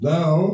Now